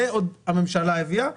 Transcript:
את זה הממשלה הביאה.